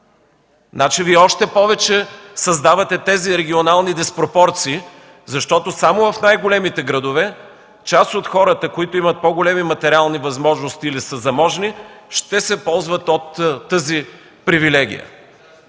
Вие още повече създавате тези регионални диспропорции, защото само в най-големите градове част от хората, които имат по-големи материални възможности или са заможни, ще се ползват от тази привилегия.